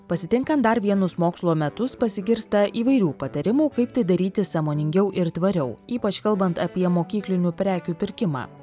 pasitinkant dar vienus mokslo metus pasigirsta įvairių patarimų kaip tai daryti sąmoningiau ir tvariau ypač kalbant apie mokyklinių prekių pirkimą